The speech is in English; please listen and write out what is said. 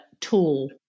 tool